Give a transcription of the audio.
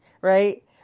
right